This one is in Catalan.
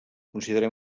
considerem